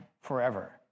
forever